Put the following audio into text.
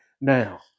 now